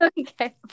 Okay